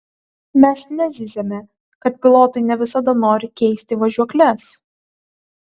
mes nezyziame kad pilotai ne visada nori keisti važiuokles